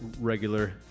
regular